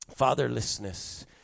Fatherlessness